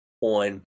on